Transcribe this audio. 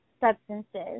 substances